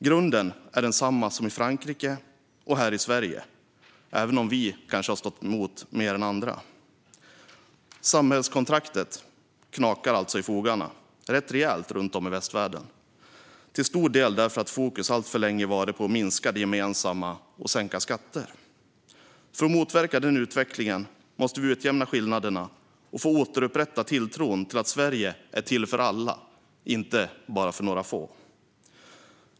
Grunden är densamma som i Frankrike och i Sverige - även om vi kanske har stått emot mer än andra. Samhällskontraktet knakar alltså i fogarna rätt rejält runt om i västvärlden, till stor del för att fokus alltför länge varit på att minska det gemensamma och sänka skatter. För att motverka denna utveckling måste vi utjämna skillnaderna och återupprätta tilltron till att Sverige är till för alla, inte bara några få.